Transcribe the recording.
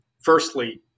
firstly